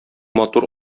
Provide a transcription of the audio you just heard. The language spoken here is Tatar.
матур